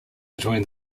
between